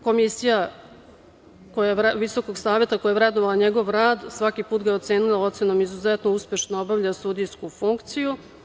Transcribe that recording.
Komisija Visokog saveta koja je vrednovala njegov rad svaki put ga je ocenila ocenom – izuzetno uspešno obavlja sudijsku funkciju.